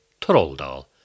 Trolldal